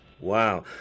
Wow